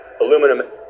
aluminum